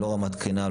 לא רמת קרינה,